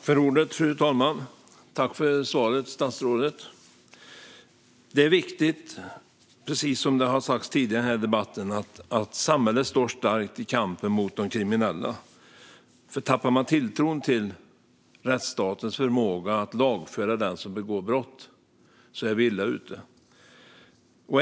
Fru talman! Jag tackar statsrådet för svaret. Precis som har sagts tidigare i debatten är det viktigt att samhället står starkt i kampen mot de kriminella. Tappar man tilltron till rättsstatens förmåga att lagföra den som begår brott är vi illa ute.